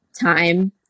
time